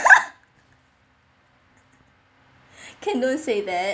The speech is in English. can don't say that